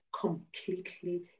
completely